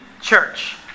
church